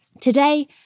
Today